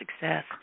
success